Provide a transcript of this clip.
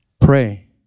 Pray